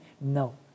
No